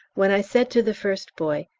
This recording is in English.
when i said to the first boy,